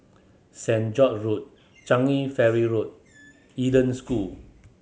Saint George Road Changi Ferry Road Eden School